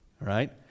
right